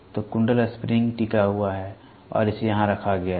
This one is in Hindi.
तो कुंडल स्प्रिंग टिका हुआ और इसे यहां रखा गया है